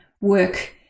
work